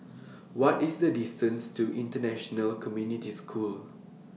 What IS The distance to International Community School